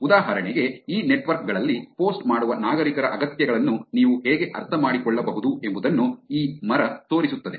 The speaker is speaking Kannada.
ಉದಾಹರಣೆಗೆ ಈ ನೆಟ್ವರ್ಕ್ ಗಳಲ್ಲಿ ಪೋಸ್ಟ್ ಮಾಡುವ ನಾಗರಿಕರ ಅಗತ್ಯಗಳನ್ನು ನೀವು ಹೇಗೆ ಅರ್ಥಮಾಡಿಕೊಳ್ಳಬಹುದು ಎಂಬುದನ್ನು ಈ ಮರ ತೋರಿಸುತ್ತದೆ